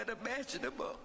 unimaginable